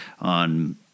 on